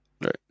Right